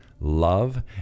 love